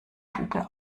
tube